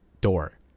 door